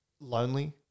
lonely